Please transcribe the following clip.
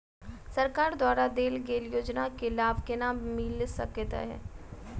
सरकार द्वारा देल गेल योजना केँ लाभ केना मिल सकेंत अई?